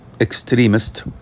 extremist